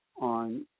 on